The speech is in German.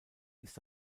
ist